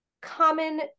common